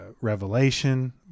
Revelation